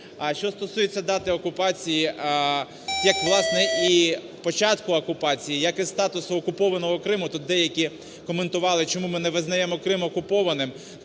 Що стосується дати окупації, як власне і початку окупації, як і статусу окупованого Криму, тут деякі коментували, чому ми не визнаємо Крим окупованим.